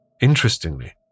Interestingly